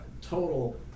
total